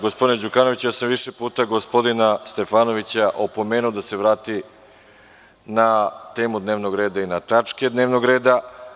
Gospodine Đukanoviću, ja sam više puta gospodina Stefanovića opomenuo da se vrati na temu dnevnog reda i na tačke dnevnog reda.